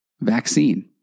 vaccine